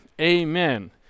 amen